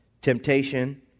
Temptation